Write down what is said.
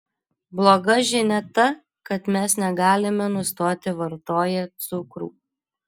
bloga žinia ta kad mes negalime nustoti vartoję cukrų